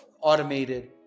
automated